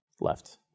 Left